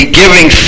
giving